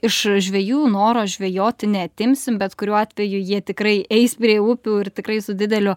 iš žvejų noro žvejoti neatimsim bet kuriuo atveju jie tikrai eis prie upių ir tikrais dideliu